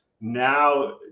now